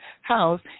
house